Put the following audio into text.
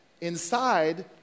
Inside